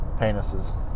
penises